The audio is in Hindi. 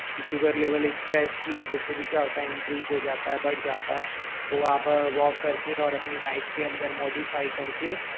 की शुगर लेवल स्ट्रेस की वजह से भी क्या होता है इन्क्रीज़ हो जाता है बढ़ जाता है तो आप वॉक करके और अपनी डाइट के अंदर मोडिफाइ कर के